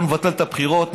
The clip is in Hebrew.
בואו נבטל את הבחירות,